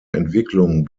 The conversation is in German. entwicklung